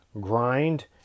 grind